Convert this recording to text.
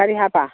ꯀꯔꯤ ꯍꯥꯏꯕ